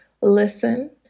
listen